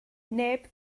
neb